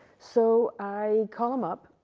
so, i call him up,